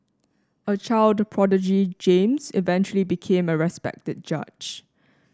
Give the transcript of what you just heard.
a child prodigy James eventually became a respected judge